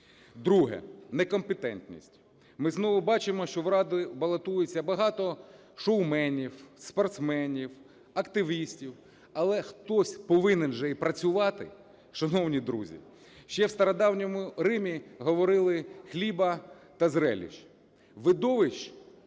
Друге – некомпетентність. Ми знову бачимо, що в Раду балотується багато шоуменів, спортсменів, активістів. Але хтось повинен же і працювати, шановні друзі? Ще в Стародавньому Римі говорили: "Хліба та зрелищ".